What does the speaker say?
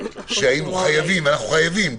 שהיינו חייבים ואנחנו חייבים,